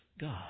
God